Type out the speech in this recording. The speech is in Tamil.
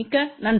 மிக்க நன்றி